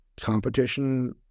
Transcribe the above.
Competition